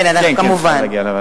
כן, כמובן.